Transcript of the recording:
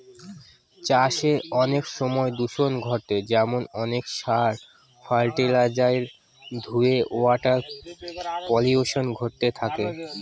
চাষে অনেক সময় দূষন ঘটে যেমন অনেক সার, ফার্টিলাইজার ধূয়ে ওয়াটার পলিউশন ঘটে থাকে